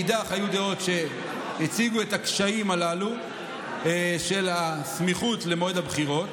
והיו דעות שהציגו את הקשיים הללו של הסמיכות למועד הבחירות.